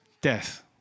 death